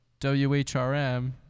WHRM